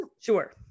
Sure